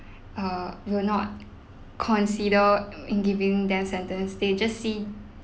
err will not consider in giving death sentence they just see